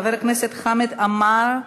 חבר הכנסת חמד עמאר,